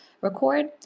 record